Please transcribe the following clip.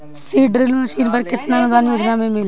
Seed drill machine पर केतना अनुदान योजना में मिली?